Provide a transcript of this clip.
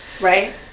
Right